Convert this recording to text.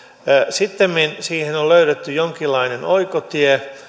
sittemmin siihen on löydetty jonkinlainen oikotie